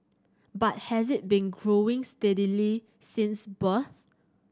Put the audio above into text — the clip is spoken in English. but has it been growing steadily since birth